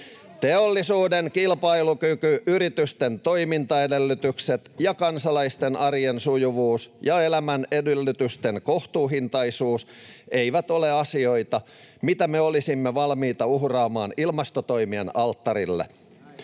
Teollisuuden kilpailukyky, yritysten toimintaedellytykset, kansalaisten arjen sujuvuus ja elämän edellytysten kohtuuhintaisuus eivät ole asioita, mitä me olisimme valmiita uhraamaan ilmastotoimien alttarille.